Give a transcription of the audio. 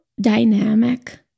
dynamic